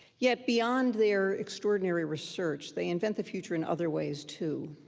yet, beyond their extraordinary research, they invent the future in other ways too.